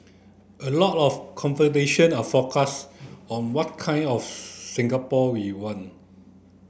a lot of conversation are focused on what kind of Singapore we want